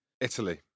Italy